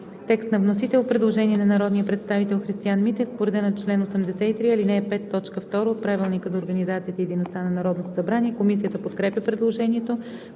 По § 15 има предложение на народния представител Христиан Митев по реда на чл. 83, ал. 5, т. 2 от Правилника за организацията и дейността на Народното събрание. Комисията подкрепя предложението.